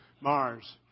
Mars